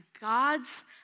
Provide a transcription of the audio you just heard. God's